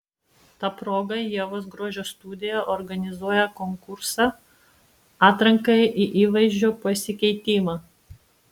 ta proga ievos grožio studija organizuoja konkursą atrankai į įvaizdžio pasikeitimą